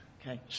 Okay